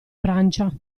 francia